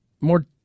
more